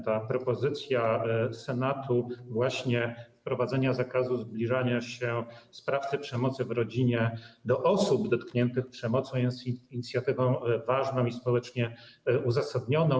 Ta propozycja Senatu właśnie wprowadzenia zakazu zbliżania się sprawcy przemocy w rodzinie do osób dotkniętych przemocą jest inicjatywą ważną i społecznie uzasadnioną.